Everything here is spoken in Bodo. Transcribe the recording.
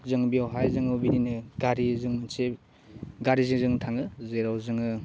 जों बेवहा जों बिदिनो गारिजों थि गारिजों जों थाङो जेराव जोङो